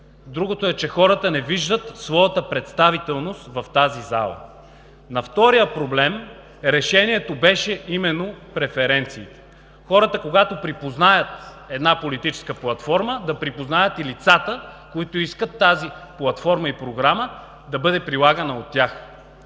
Другото е, че хората не виждат своята представителност в тази зала. На втория проблем решението беше именно преференции. Хората, когато припознаят една политическа платформа, да припознаят и лицата, които искат тази платформа и програма да бъде прилагана от тях,